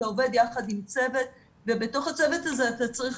אתה עובד יחד עם צוות ובתוך הצוות הזה אתה צריך